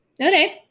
okay